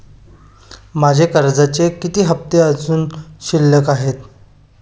माझे कर्जाचे किती हफ्ते अजुन शिल्लक आहेत?